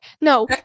no